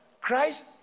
Christ